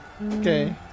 Okay